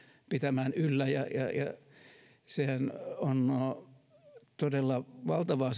pitämään yllä se sähkönkäyttöhän on todella valtavaa